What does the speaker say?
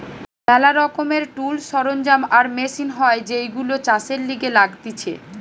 ম্যালা রকমের টুলস, সরঞ্জাম আর মেশিন হয় যেইগুলো চাষের লিগে লাগতিছে